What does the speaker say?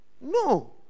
no